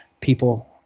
people